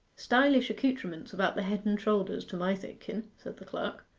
stylish accoutrements about the head and shoulders, to my thinken said the clerk.